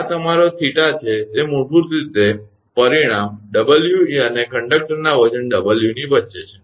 આ તમારો 𝜃 છે તે મૂળભૂત રીતે પરિણામ 𝑊𝑒 અને કંડક્ટરના વજન 𝑊 ની વચ્ચે છે